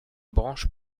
branche